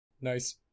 nice